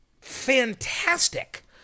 fantastic